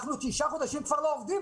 אנחנו תשעה חודשים כבר לא עובדים,